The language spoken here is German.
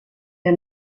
der